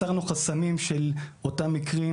הסרנו חסמים של אותם מקרים